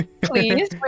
Please